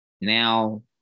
now